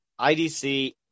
IDC